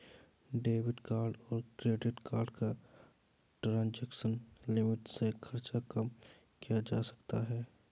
debit card और credit card का transaction limit से खर्च कम किया जा सकता है